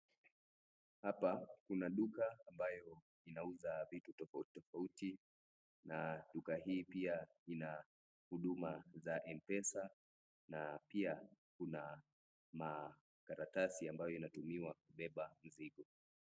Hapa kuna duka ambayo inauza vitu tofauti tofauti. Na duka hii pia ina huduma za m-pesa na pia kuna makaratasi ambayo inatumiwa kubeba mzigo.